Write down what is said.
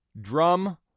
Drum